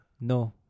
no